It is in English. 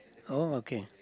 oh okay